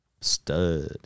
stud